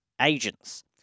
agents